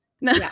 No